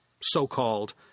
so-called